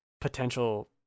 potential